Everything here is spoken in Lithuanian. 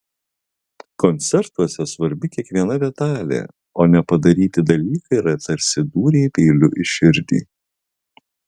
koncertuose svarbi kiekviena detalė o nepadaryti dalykai yra tarsi dūriai peiliu į širdį